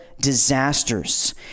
disasters